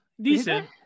Decent